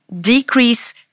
decrease